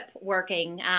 working